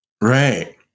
Right